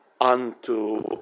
unto